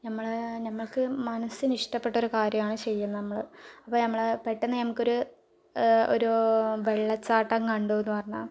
നമ്മളെ നമുക്ക് മനസ്സിന് ഇഷ്ടപ്പെട്ടൊരു കാര്യമാണ് ചെയ്യുന്നത് നമ്മൾ അപ്പോൾ നമ്മൾ പെട്ടെന്ന് നമുക്ക് ഒരു ഒരു വെള്ളച്ചാട്ടം കണ്ടു എന്നു പറഞ്ഞാൽ